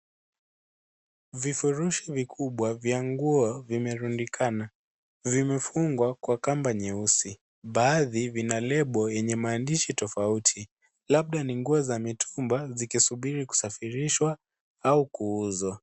Vufurushi vikubwa vya nguo vimerundikana. Vimefungwa kwa kamba nyeusi. Baadhi vina lebo yenye maandishi tofauti. Labda ni nguo za mitumba zikisubiri kusafirishwa au kuuzwa.